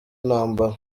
intambara